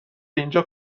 اینجا